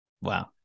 Wow